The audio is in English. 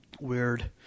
weird